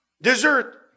Dessert